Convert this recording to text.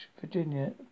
Virginia